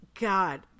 God